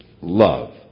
love